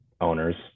owners